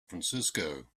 francisco